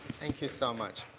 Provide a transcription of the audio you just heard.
thank you so much.